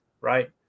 Right